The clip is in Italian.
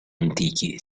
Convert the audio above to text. antichi